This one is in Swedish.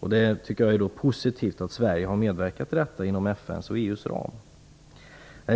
Det är positivt att Sverige har medverkat till detta inom FN:s och EU:s ram.